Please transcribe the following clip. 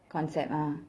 concept ah